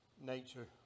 nature